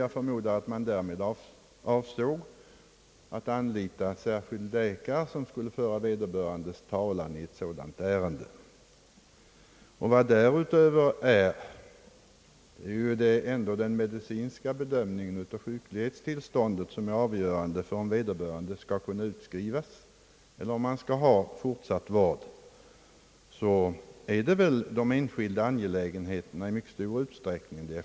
Jag förmodar att man därmed avsåg att anlita särskild läkare, som skulle föra vederbörandes talan i ett sådant ärende. Den medicinska bedömningen av sjuklighetstillståndet är avgörande för om vederbörande skall utskrivas eller om han skall ha fortsatt vård. Därutöver är det de enskilda angelägenheterna det är fråga om i myc: ket stor utsträckning.